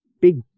big